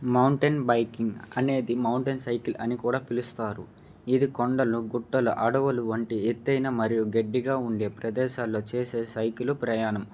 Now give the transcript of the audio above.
mountain biking అనేది mountain cycle అని కూడా పిలుస్తారు ఇది కొండలు గుట్టల అడవులు వంటి ఎత్తైన మరియు గడ్డిగా ఉండే ప్రదేశాల్లో చేసే సైకిలు ప్రయాణం